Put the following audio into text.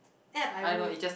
app I would